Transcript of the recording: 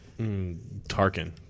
Tarkin